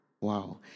wow